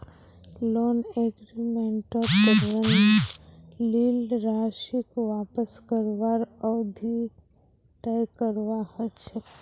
loan एग्रीमेंटत ऋण लील राशीक वापस करवार अवधि तय करवा ह छेक